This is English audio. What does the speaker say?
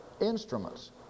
Instruments